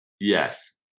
Yes